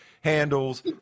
handles